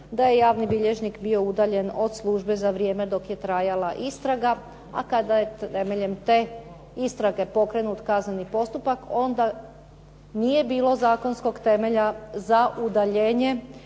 da je javni bilježnik bio udaljen od službe za vrijeme dok je trajala istraga a kada je temeljem te istrage pokrenut kazneni postupak onda nije bilo zakonskog temelja za udaljenje